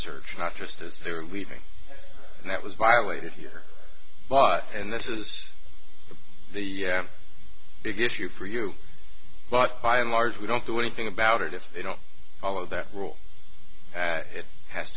search not just as they were leaving and that was violated here but and this is the big issue for you but by and large we don't do anything about it if they don't follow that rule it has